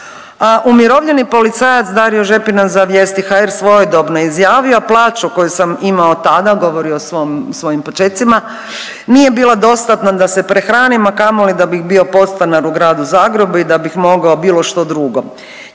Umirovljeni policajac Dario Žepina za vijesti HR svojedobno je izjavio plaću koju sam imao tada, govori o svojim počecima, nije bila dostatna da se prehranim, a kamoli da bih bio podstanar u Gradu Zagrebu i da bih mogao bilo što drugo,